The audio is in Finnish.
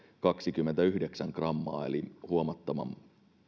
kaksikymmentäyhdeksän grammaa eli huomattavan